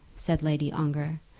said lady ongar,